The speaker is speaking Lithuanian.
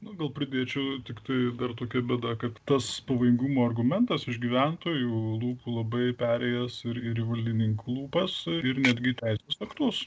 nu gal pridėčiau tiktai dar tokia bėda kad tas pavojingumo argumentas iš gyventojų lūpų labai perėjęs ir ir į valdininkų lūpas ir netgi teisės aktus